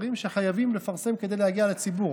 דברים שחייבים לפרסם כדי להגיע לציבור,